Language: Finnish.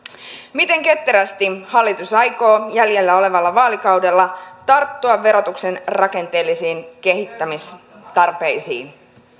miten ketterästi hallitus aikoo jäljellä olevalla vaalikaudella tarttua verotuksen rakenteellisiin kehittämistarpeisiin